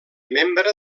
membre